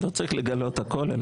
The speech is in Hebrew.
לא צריך לגלות הכול.